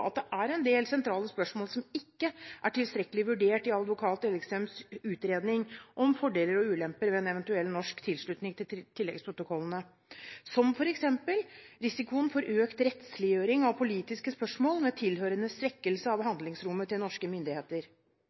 at det er en del sentrale spørsmål som ikke er tilstrekkelig vurdert i advokat Elgesems utredning om fordeler og ulemper ved en eventuell norsk tilslutning til tilleggsprotokollen, som f.eks. risikoen for økt rettsliggjøring av politiske spørsmål med tilhørende svekkelse av handlingsrommet til norske myndigheter,